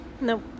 Nope